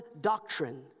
doctrine